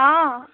অঁ